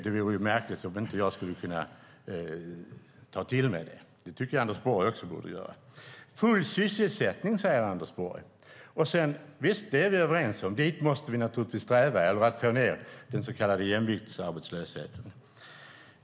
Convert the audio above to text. Det vore märkligt om jag inte skulle kunna ta till mig det. Det tycker jag att Anders Borg också borde göra. Full sysselsättning, säger Anders Borg. Vi är överens om att vi måste sträva mot det eller mot att få ned den så kallade jämviktsarbetslösheten.